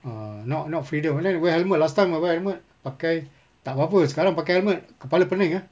ah not not freedom I don't like to wear helmet last time I wear helmet pakai tak apa apa sekarang pakai helmet kepala pening eh